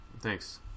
Thanks